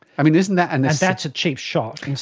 i mean, isn't that? and that's a cheap shot, and